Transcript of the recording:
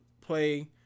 play